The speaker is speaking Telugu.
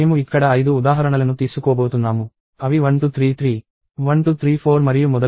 మేము ఇక్కడ ఐదు ఉదాహరణలను తీసుకోబోతున్నాము అవి 1233 1234 మరియు మొదలైనవి